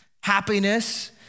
happiness